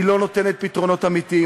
היא לא נותנת פתרונות אמיתיים.